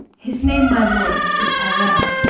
his name, my lord, is tyrrel.